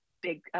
big